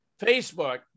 Facebook